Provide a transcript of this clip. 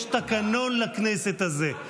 יש תקנון לכנסת הזאת.